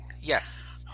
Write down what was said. yes